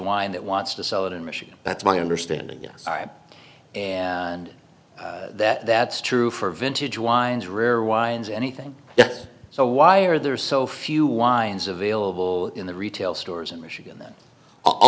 wine that wants to sell it in michigan that's my understanding yes and that that's true for vintage wines rare wines anything so why are there so few wines available in the retail stores in michigan that a